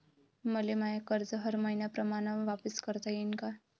मले माय कर्ज हर मईन्याप्रमाणं वापिस करता येईन का?